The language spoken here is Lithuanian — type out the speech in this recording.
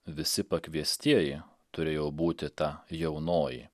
visi pakviestieji turėjo būti ta jaunoji